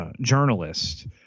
journalist